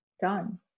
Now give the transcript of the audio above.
done